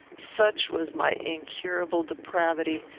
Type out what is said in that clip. such was my incurable depravity,